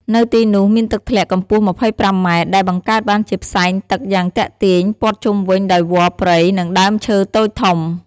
នៅទីនោះ មានទឹកធ្លាក់កម្ពស់២៥ម៉ែត្រ ដែលបង្កើតបានជាផ្សែងទឹកយ៉ាងទាក់ទាញ ព័ទ្ធជុំវិញដោយវល្លិព្រៃ និងដើមឈើតូចធំ។